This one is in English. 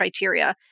criteria